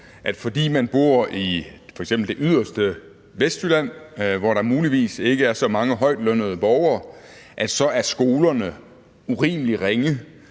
at fordi man bor i f.eks. det yderste Vestjylland, hvor der muligvis ikke er så mange højtlønnede borgere, så er skolerne urimelig ringe,